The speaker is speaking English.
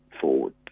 forward